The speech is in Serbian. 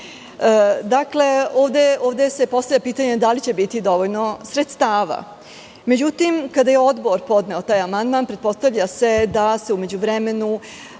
RGZ.Dakle, ovde se postavlja pitanje, da li će biti dovoljno sredstava? Međutim, kada je Odbor podneo taj amandman, pretpostavlja se da se u međuvremenu